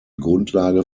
grundlage